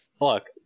look